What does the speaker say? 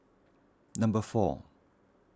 number four